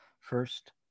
first